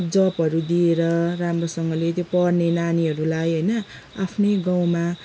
जबहरू दिएर राम्रोसँगले त्यो पढ्ने नानीहरूलाई होइन आफ्नै गाउँमा